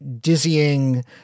dizzying